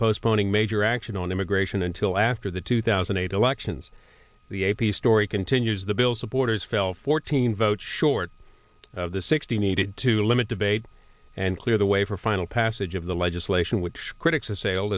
postponing major action on immigration until after the two thousand and eight elections the a p story continues the bill supporters fell fourteen votes short of the sixty needed to limit debate and clear the way for final passage of the legislation which critics assa